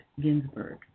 Ginsburg